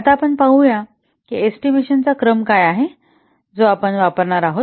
आता आपण पाहूया की एस्टिमेशन चा क्रम काय आहे जो आपण वापरणार आहोत